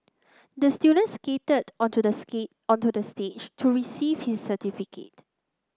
the student skated onto the onto the stage to receive his certificate